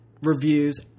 reviews